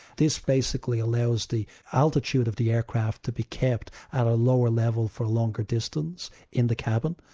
this basically allows the altitude of the aircraft to be kept at a lower level for longer distances in the cabin.